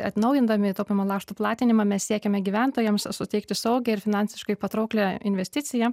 atnaujindami taupymo lakštų platinimą mes siekiame gyventojams suteikti saugią ir finansiškai patrauklią investiciją